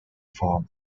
form